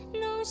no